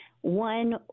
One